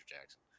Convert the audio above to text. Jackson